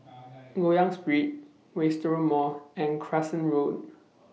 Loyang Street Wisteria Mall and Crescent Road